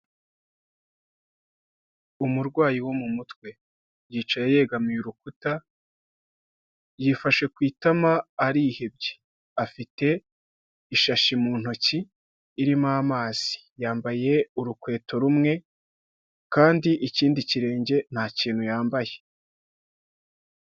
Umurwayi wo mu mutwe. Yicaye yegamiye urukuta, yifashe ku itama, arihebye. Afite ishashi mu ntoki, irimo amazi. Yambaye urukweto rumwe kandi ikindi kirenge nta kintu yambaye.